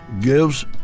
gives